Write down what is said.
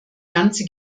ganze